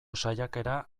saiakera